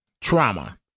trauma